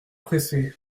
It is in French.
pressée